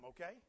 okay